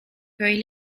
very